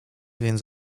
więc